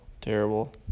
terrible